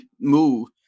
move